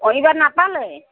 অ এইবাৰ নাপালে